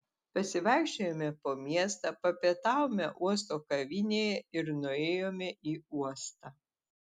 pasivaikščiojome po miestą papietavome uosto kavinėje ir nuėjome į uostą